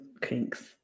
kinks